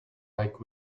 like